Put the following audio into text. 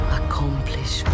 accomplish